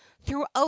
throughout